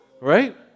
Right